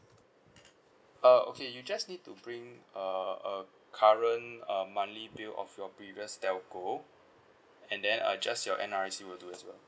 uh okay you just need to bring uh uh current uh monthly bill of your previous telco and then uh just your N_R_I_C will do as well